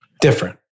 Different